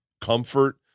comfort